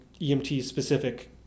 EMT-specific